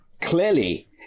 clearly